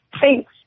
Thanks